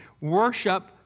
Worship